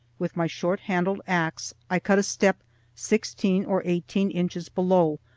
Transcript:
with my short-handled axe i cut a step sixteen or eighteen inches below,